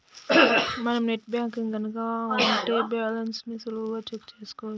మనం net banking గనక ఉంటే బ్యాలెన్స్ ని సులువుగా చెక్ చేసుకోవచ్చు